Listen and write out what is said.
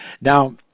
now